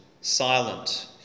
silent